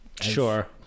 sure